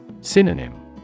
Synonym